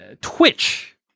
Twitch